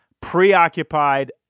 preoccupied